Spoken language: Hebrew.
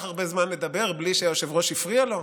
הרבה זמן לדבר בלי שהיושב-ראש הפריע לו,